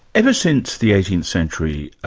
ever since the eighteenth century,